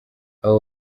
abo